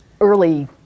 early